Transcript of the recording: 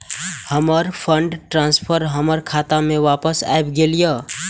हमर fund transfer हमर खाता में वापस आब गेल या